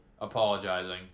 apologizing